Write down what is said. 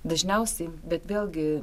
dažniausiai bet vėlgi